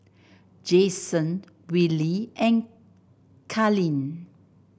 Jaxon Willy and Carlyn